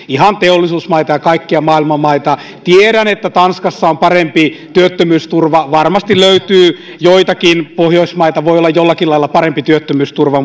ihan teollisuusmaita ja kaikkia maailman maita tiedän että tanskassa on parempi työttömyysturva varmasti löytyy joitakin pohjoismaita joissa voi olla jollakin lailla parempi työttömyysturva